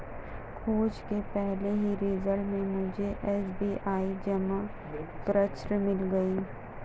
खोज के पहले ही रिजल्ट में मुझे एस.बी.आई जमा पर्ची मिल गई